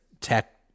tech